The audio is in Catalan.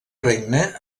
regne